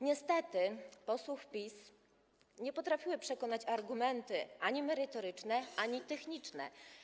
Niestety posłów PiS nie potrafiły przekonać argumenty ani merytoryczne, ani techniczne.